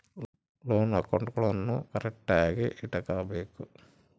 loan ಅಕೌಂಟ್ಗುಳ್ನೂ ಕರೆಕ್ಟ್ಆಗಿ ಇಟಗಬೇಕು